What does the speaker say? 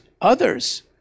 Others